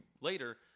later